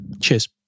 Cheers